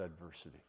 adversity